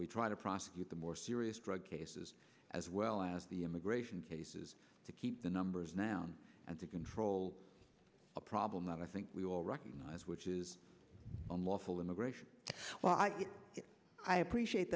we try to prosecute the more serious drug cases as well as the immigration cases to keep the numbers now and they can a problem that i think we all recognize which is unlawful immigration well i appreciate